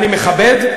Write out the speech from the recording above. אני מכבד,